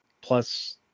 plus